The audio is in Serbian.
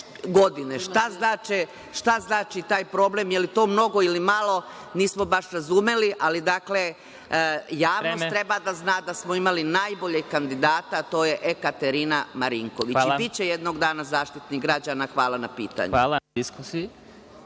Šta znači taj problem? Da li je to mnogo ili malo? Nismo baš razumeli, ali, dakle, javnost treba da zna da smo imali najboljeg kandidata, a to je Ekaterina Marinković i biće jednog dana Zaštitnik građana. Hvala na pitanju. **Vladimir